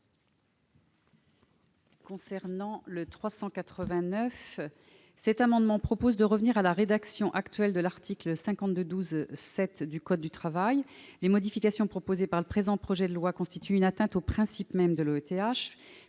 Grelet-Certenais. Cet amendement vise à revenir à la rédaction actuelle de l'article L. 5212-7 du code du travail, car les modifications proposées par le présent projet de loi constituent une atteinte aux principes mêmes de l'OETH.